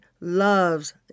loves